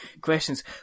questions